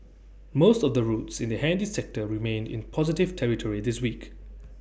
most of the routes in the handy sector remained in positive territory this week